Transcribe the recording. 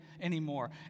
anymore